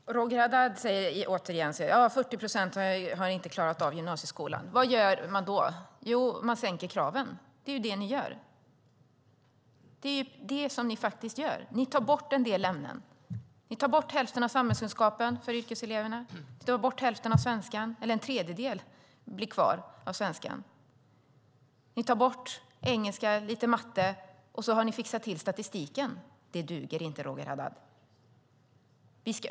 Herr talman! Roger Haddad säger återigen att 40 procent inte har klarat av gymnasieskolan. Vad gör man då? Jo, man sänker kraven. Det är ju det ni faktiskt gör. Ni tar bort en del ämnen. Ni tar bort hälften av samhällskunskapen för yrkeseleverna. En tredjedel av svenskan blir kvar. Ni tar bort engelska och lite matte och så har ni fixat till statistiken. Det duger inte, Roger Haddad.